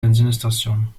benzinestation